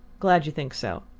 glad you think so.